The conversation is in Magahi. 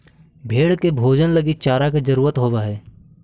भेंड़ के भोजन लगी चारा के जरूरत होवऽ हइ